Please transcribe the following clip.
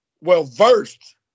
well-versed